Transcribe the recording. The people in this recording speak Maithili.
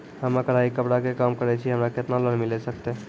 हम्मे कढ़ाई कपड़ा के काम करे छियै, हमरा केतना लोन मिले सकते?